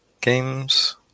Games